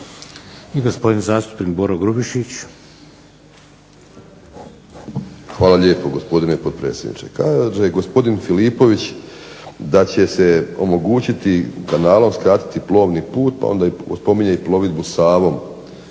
**Grubišić, Boro (HDSSB)** Hvala lijepo gospodine potpredsjedniče. Kaže gospodin Filipović da će se omogućiti i kanalom skratiti plovni put, pa onda spominje i plovidbu Savom